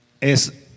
es